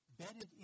embedded